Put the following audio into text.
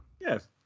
Yes